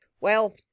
Well—